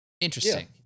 interesting